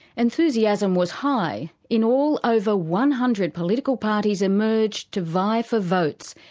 enthusiasm was high. in all, over one hundred political parties emerged to vie for votes,